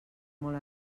molt